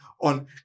on